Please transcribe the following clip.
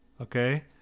Okay